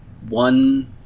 one